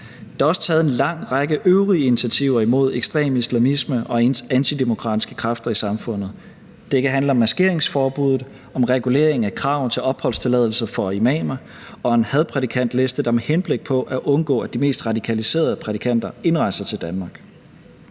Der er også taget en lang række øvrige initiativer imod ekstrem islamisme og antidemokratiske kræfter i samfundet. Det kan handle om maskeringsforbuddet, om regulering af krav til opholdstilladelse for imamer og en hadprædikantliste med henblik på at undgå, at de mest radikaliserede prædikanter indrejser til Danmark.